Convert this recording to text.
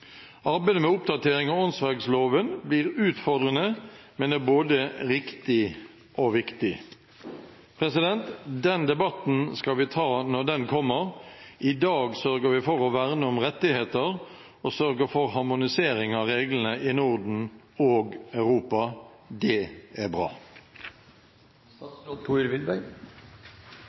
Arbeidet med oppdatering av åndsverkloven blir utfordrende, men er både riktig og viktig. Den debatten skal vi ta når den kommer. I dag sørger vi for å verne om rettigheter og sørger for harmonisering av reglene i Norden og Europa. Det er